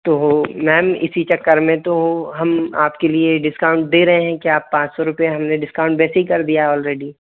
तो मैम इसी चक्कर में तो हम आपके लिए डिस्काउंट दे रहे हैं कि आप पाँच सौ रुपये हम ने डिस्काउंट वैसे ही कर दिया ऑलरेडी